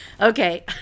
Okay